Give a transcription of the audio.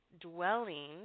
dwelling